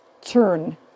turn